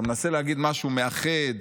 אתה מנסה להגיד משהו מאחד,